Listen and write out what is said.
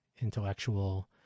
intellectual